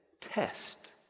test